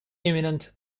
imminent